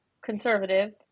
conservative